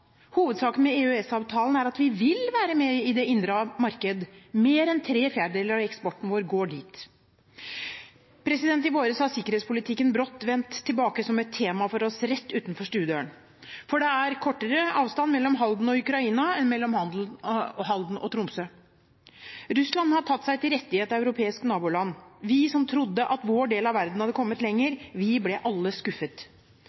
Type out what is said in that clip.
Hovedsaken med EØS-avtalen er at vi vil være med i det indre marked. Mer en tre fjerdedeler av eksporten vår går dit. I våres har sikkerhetspolitikken brått vendt tilbake som et tema for oss rett utenfor stuedøren, for det er kortere avstand mellom Halden og Ukraina enn mellom Halden og Tromsø. Russland har tatt seg til rette i et europeisk naboland. Vi som trodde at vår del av verden hadde kommet